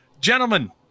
Gentlemen